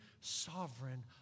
sovereign